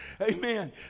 Amen